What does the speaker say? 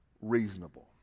reasonable